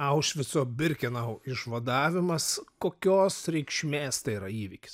aušvico birkenau išvadavimas kokios reikšmės tai yra įvykis